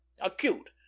acute